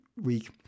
week